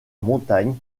montagnes